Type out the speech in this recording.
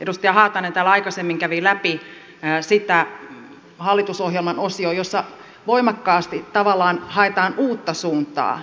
edustaja haatainen täällä aikaisemmin kävi läpi sitä hallitusohjelman osiota jossa voimakkaasti tavallaan haetaan uutta suuntaa